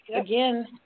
again